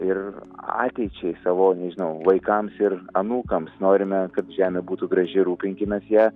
ir ateičiai savo nežinau vaikams ir anūkams norime kad žemė būtų graži rūpinkimės ja